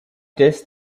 this